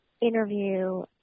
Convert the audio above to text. interview